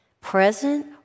present